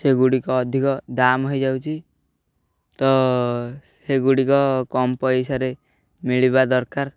ସେଗୁଡ଼ିକ ଅଧିକ ଦାମ ହେଇଯାଉଛି ତ ସେଗୁଡ଼ିକ କମ୍ ପଇସାରେ ମିଳିବା ଦରକାର